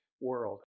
world